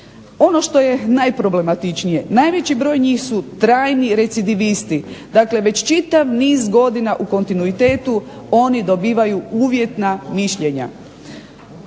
Ono što je najproblematičnije, najveći broj njih su trajni recidivisti, već čitav niz godina u kontinuitetu oni dobivaju uvjetna mišljenja.